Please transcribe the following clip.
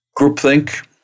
Groupthink